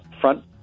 front